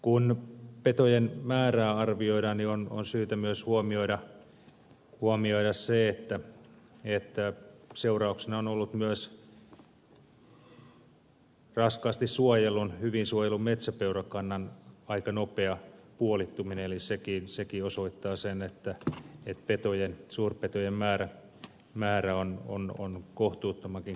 kun petojen määrää arvioidaan on syytä myös huomioida se että seurauksena on ollut myös raskaasti suojellun hyvin suojellun metsäpeurakannan aika nopea puolittuminen eli sekin osoittaa sen että suurpetojen määrä on kohtuuttomankin korkea